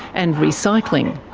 and recycling.